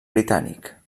britànic